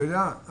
אתה יודע,